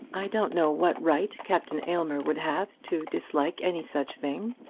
i don't know what right captain aylmer would have to dislike any such thing,